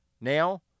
Now